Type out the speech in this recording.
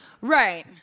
Right